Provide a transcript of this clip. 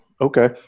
okay